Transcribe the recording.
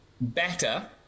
better